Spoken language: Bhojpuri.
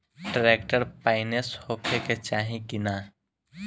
ट्रैक्टर पाईनेस होखे के चाही कि ना?